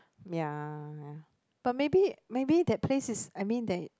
ya but maybe maybe that place is I mean that